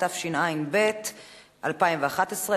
התשע"ב 2011,